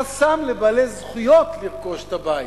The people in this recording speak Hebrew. חסם לבעלי זכויות לרכוש את הבית,